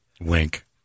Wink